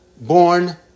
born